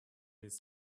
his